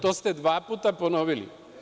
To ste dva puta ponovili.